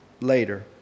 later